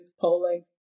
polling